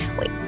Wait